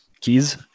keys